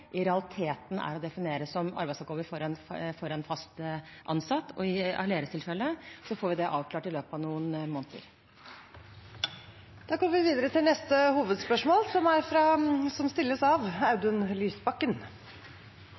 i realiteten er å definere som arbeidsoppgaver for en fast ansatt. I Aleris’ tilfelle får vi avklart dette i løpet av noen måneder. Da går vi til neste hovedspørsmål. Mitt spørsmål går også til arbeidsministeren. Ulikhetene i makt og rikdom i Norge er for store, og en av